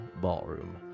Ballroom